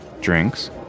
drinks